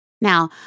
Now